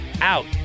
out